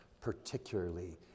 particularly